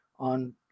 on